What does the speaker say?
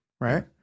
Right